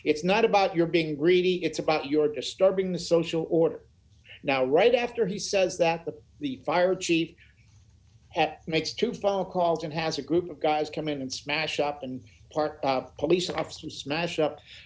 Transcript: it's not about your being greedy it's about your disturbing the social order now right after he says that the the fire chief at makes two phone calls and has a group of guys come in and smash up and park police officers smash up